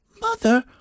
mother